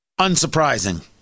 unsurprising